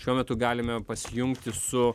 šiuo metu galime pasijungti su